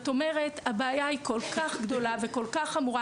הבעיה היא כל-כך גדולה וכל-כך חמורה